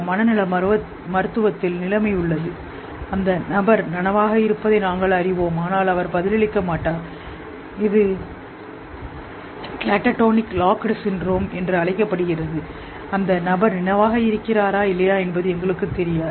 மனநல மருத்துவத்தில் நிலைமை உள்ளது அந்த நபர் நனவாக இருப்பதை நாங்கள் அறிவோம் ஆனால் அவர் பதிலளிக்கவில்லை சில கேடடோனிக் பூட்டப்பட்டிருக்கும் முட்டாள்தனத்தில் பூட்டப்பட்ட நோய்க்குறி என்று அழைக்கப்படுகிறது அந்த நபர் நனவாக இருக்கிறாரா இல்லையா என்பது உங்களுக்குத் தெரியாது